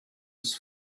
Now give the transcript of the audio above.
was